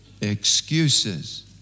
Excuses